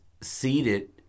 seated